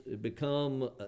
become